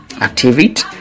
activity